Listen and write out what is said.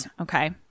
okay